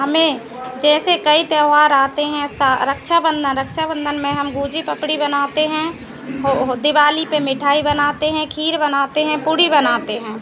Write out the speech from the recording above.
हमें जैसे कई त्यौहार आते हैं सा रक्षाबंधन रक्षाबंधन में हम गुझी पपड़ी बनाते हैं हो हो दिवाली पर मिठाई बनाते हैं खीर बनाते हैं पूड़ी बनाते हैं